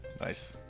nice